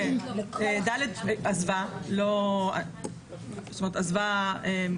כן, ד' עזבה, עזבה מסיבותיה.